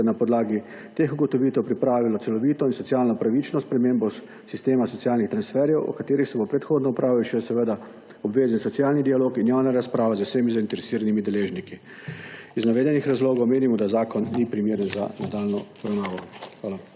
ter na podlagi teh ugotovitev pripravilo celovito in socialno pravično spremembo sistema socialnih transferjev, o katerih se bo predhodno opravil še seveda obvezen socialni dialog in javna razprava z vsemi zainteresiranimi deležniki. Iz navedenih razlogov menimo, da zakon ni primeren za nadaljnjo obravnavo. Hvala.